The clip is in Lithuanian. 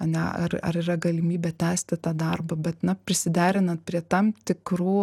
a ne ar ar yra galimybė tęsti tą darbą bet na prisiderinant prie tam tikrų